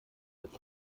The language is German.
des